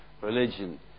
religion